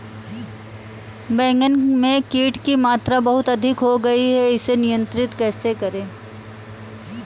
बैगन में कीट की मात्रा बहुत अधिक हो गई है इसे नियंत्रण कैसे करें?